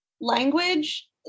language